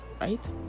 right